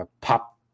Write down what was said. pop –